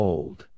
Old